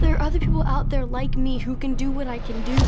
there are other people out there like me who can do what i can